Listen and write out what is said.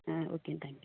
ah okay thank you